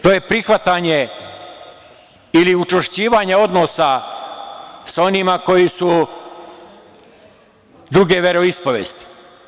To je prihvatanje ili učvršćivanje odnosa sa onima koji su druge veroispovesti.